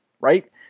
right